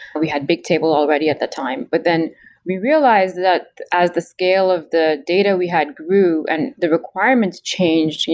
but we had bigtable already at the time. but then we realized that as the scale of the data we had grew and the requirements changed.